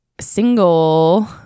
single